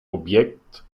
objekt